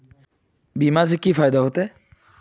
बीमा से की फायदा होते?